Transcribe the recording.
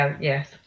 yes